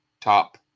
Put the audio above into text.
top